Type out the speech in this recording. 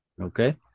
Okay